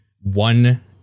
one